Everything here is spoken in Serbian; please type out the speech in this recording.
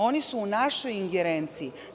Oni su u našoj ingerenciji.